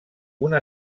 una